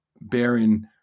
bearing